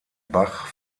bach